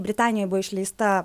britanijoj buvo išleista